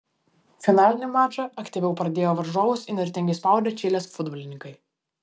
finalinį mačą aktyviau pradėjo varžovus įnirtingai spaudę čilės futbolininkai